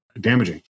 damaging